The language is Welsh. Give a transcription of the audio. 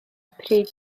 pryd